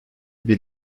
bir